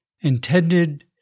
intended